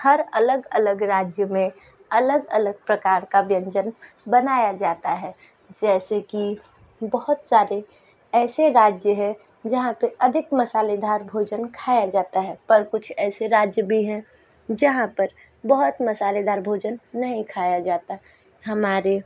हर अलग अलग राज्य में अलग अलग प्रकार का व्यंजन बनाया जाता है जैसे कि बहुत सारे ऐसे राज्य है जहाँ पर अधिक मसालेदार भोजन खाया जाता है पर कुछ ऐसे राज्य भी हैं जहाँ पर बहुत मसालेदार भोजन नहीं खाया जाता है हमारे